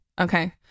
okay